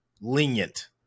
lenient